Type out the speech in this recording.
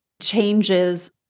changes